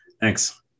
Thanks